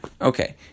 Okay